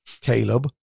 Caleb